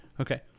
Okay